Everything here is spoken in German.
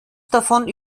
davon